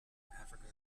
africa